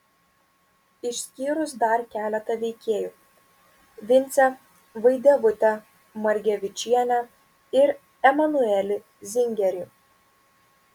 išskyrus dar keletą veikėjų vincę vaidevutę margevičienę ir emanuelį zingerį